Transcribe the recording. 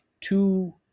two